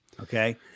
Okay